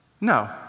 No